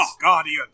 guardian